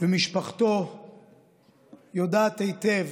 ומשפחתו יודעת היטב